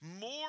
more